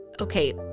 Okay